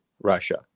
Russia